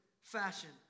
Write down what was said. fashion